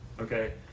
Okay